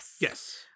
Yes